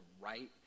right